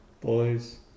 boys